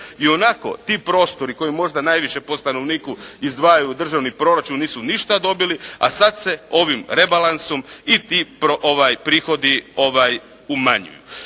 Ionako ti prostori koji možda najviše po stanovniku izdvajaju u državni proračun, nisu ništa dobili, a sad se ovim rebalansom i ti prihodi umanjuju.